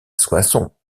soissons